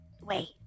Wait